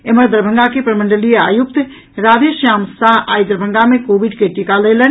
एम्हर दरभंगा के प्रमंडलीय आयुक्त राधेश्याम शाह आइ दरभंगा मे कोविड के टीका लेलनि